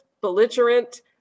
belligerent